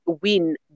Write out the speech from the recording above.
win